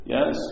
Yes